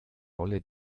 rolle